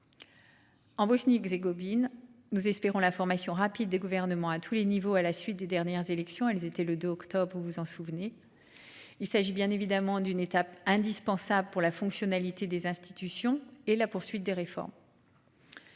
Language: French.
En Bosnie-Herzégovine, nous espérons la formation rapide des gouvernements à tous les niveaux, à la suite des dernières élections, elles étaient le 2 octobre. Vous vous en souvenez. Il s'agit bien évidemment d'une étape indispensable pour la fonctionnalité des institutions et la poursuite des réformes.--